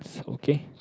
okay